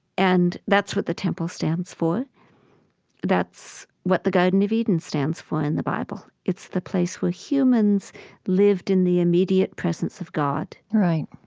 and that's what the temple stands for that's what the garden of eden stands for in the bible. it's the place where humans lived in the immediate presence of god.